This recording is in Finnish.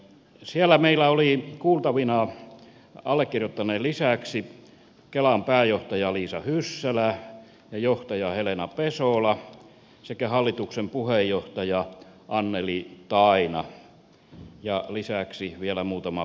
siellä meillä oli kuultavina allekirjoittaneen lisäksi kelan pääjohtaja liisa hyssälä ja johtaja helena pesola sekä hallituksen puheenjohtaja anneli taina ja lisäksi vielä muutama virkamies